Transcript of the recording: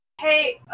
Hey